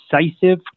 decisive